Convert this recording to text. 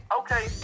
okay